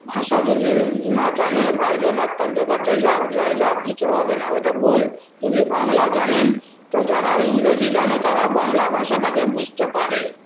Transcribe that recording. ভাষা যদি না জানে বাইরে ডাক্তার দেখাতে যাক যাই যাক কিছু হবে না ওটা ভুল যদি বাংলা জানেন তো যারা ইংরেজি জানে তারা বাংলা ভাষাটাকে বুঝতে পারে